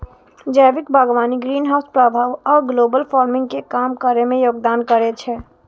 जैविक बागवानी ग्रीनहाउस प्रभाव आ ग्लोबल वार्मिंग कें कम करै मे योगदान करै छै